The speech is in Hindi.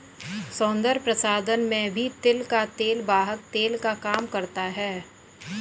सौन्दर्य प्रसाधन में भी तिल का तेल वाहक तेल का काम करता है